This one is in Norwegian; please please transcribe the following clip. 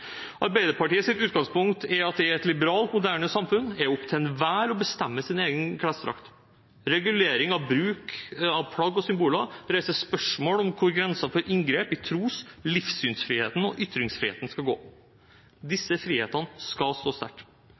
til enhver å bestemme sin egen klesdrakt. Regulering av bruk av plagg og symboler reiser spørsmål om hvor grensen for inngrep i tros- og livssynsfriheten og i ytringsfriheten skal gå. Disse frihetene skal stå sterkt.